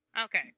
Okay